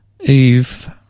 Eve